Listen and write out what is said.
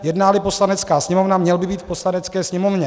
Jednáli Poslanecká sněmovna, měl by být v Poslanecké sněmovně.